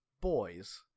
boys